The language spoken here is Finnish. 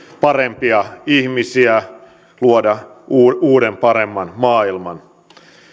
parempia ihmisiä luoda uuden paremman maailman